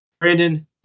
Brandon